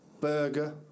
burger